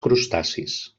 crustacis